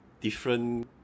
different